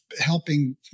helping